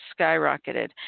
skyrocketed